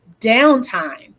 downtime